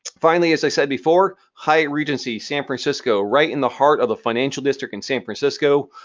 finally, as i said before, hyatt regency, san francisco, right in the heart of the financial district in san francisco,